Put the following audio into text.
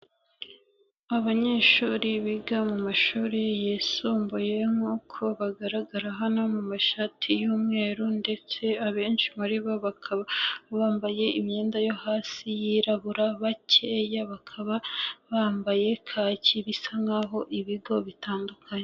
Abanyeshuri biga mu mashuri yisumbuye nk'uko bagaragara hano mu mashati y'umweru ndetse abenshi muri bo bakaba bambaye imyenda yo hasi yirabura bakeya, bakaba bambaye kaki bisa nk'aho ibigo bitandukanye.